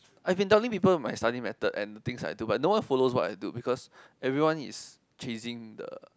I've been telling people of my study method and the things I do but no one follow what's I do because everyone is chasing the